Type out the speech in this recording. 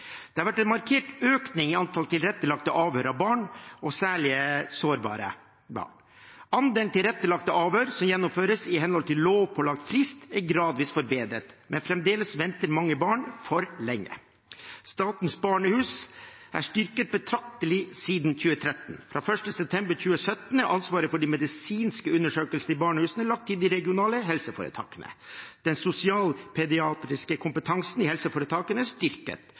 Det har vært en markert økning i antall tilrettelagte avhør av barn, særlig av sårbare barn. Andelen tilrettelagte avhør som gjennomføres i henhold til lovpålagt frist, er gradvis forbedret, men fremdeles venter mange barn for lenge. Statens barnehus er styrket betraktelig siden 2013. Fra 1. september 2017 er ansvaret for de medisinske undersøkelsene ved barnehusene lagt til de regionale helseforetakene. Den sosial-pediatriske kompetansen ved helseforetakene er styrket,